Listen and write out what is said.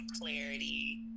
clarity